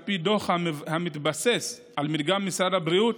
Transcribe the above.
על פי דוח המתבסס על מדגם משרד הבריאות,